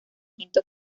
quinto